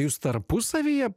jūs tarpusavyje